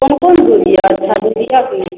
कोन कोन दूध यऽ गैआ दूध यऽ की